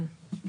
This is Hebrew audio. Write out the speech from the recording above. כן.